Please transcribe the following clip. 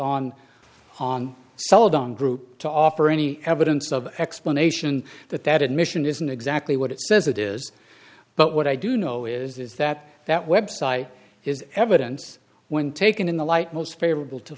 on on celadon group to offer any evidence of explanation that that admission isn't exactly what it says it is but what i do know is that that website is evidence when taken in the light most favorable to